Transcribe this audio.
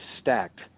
stacked